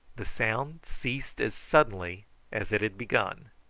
the sound ceased as suddenly as it had begun,